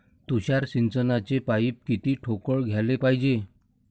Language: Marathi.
तुषार सिंचनाचे पाइप किती ठोकळ घ्याले पायजे?